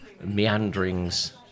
meanderings